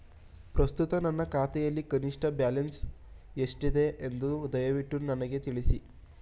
ಪ್ರಸ್ತುತ ನನ್ನ ಖಾತೆಯಲ್ಲಿ ಕನಿಷ್ಠ ಬ್ಯಾಲೆನ್ಸ್ ಎಷ್ಟಿದೆ ಎಂದು ದಯವಿಟ್ಟು ನನಗೆ ತಿಳಿಸಿ